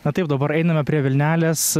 na taip dabar einame prie vilnelės